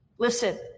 Listen